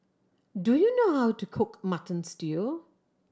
do you know how to cook Mutton Stew